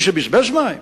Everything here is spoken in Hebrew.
מי שבזבז מים,